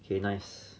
K nice